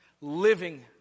Living